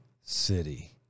city